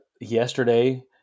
yesterday